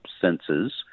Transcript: senses